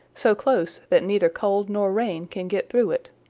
so close that neither cold nor rain can get through it.